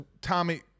Tommy